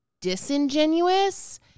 disingenuous